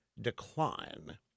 decline